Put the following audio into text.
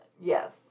yes